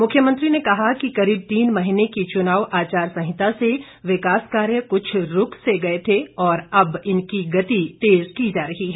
मुख्यमंत्री ने कहा कि करीब तीन महीने की चुनाव आचार संहिता से विकास कार्य कुछ रूक से गए थे और अब इनकी गति तेज की जा रही है